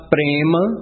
Prema